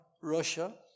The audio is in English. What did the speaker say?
Russia